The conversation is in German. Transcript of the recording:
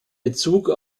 bezug